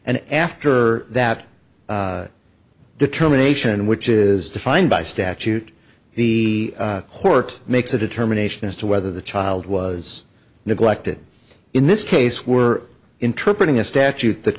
and after that determination which is defined by statute the court makes a determination as to whether the child was neglected in this case we're interpret in a statute that